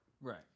Right